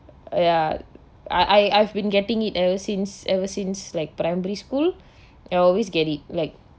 ya I I've been getting it ever since ever since like primary school I always get it like